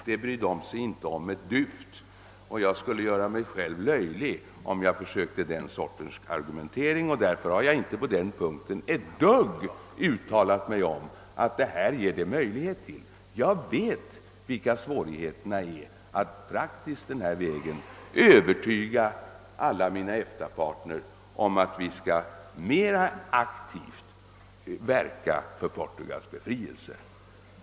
Det skulle de inte bry sig om ett dyft, och jag skulle göra mig själv löjlig, om jag försökte mig på den sortens argumentering. Därför har jag inte heller på den punkten över huvud uttalat mig om möjligheterna. Jag vet hur stora svårigheterna är att övertyga alla mina EFTA-partners om att vi mera aktivt och i handling bör verka för Portugals befrielse.